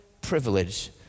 privilege